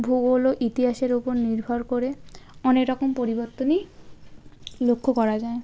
ভূগোল ইতিহাসের ওপর নির্ভর করে অনেক রকম পরিবর্তনই লক্ষ্য করা যায়